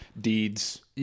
deeds